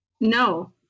No